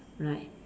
right